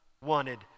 wanted